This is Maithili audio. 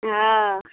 ओ